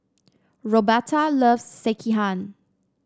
Roberta loves Sekihan